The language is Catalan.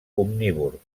omnívor